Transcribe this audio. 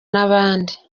n’abandi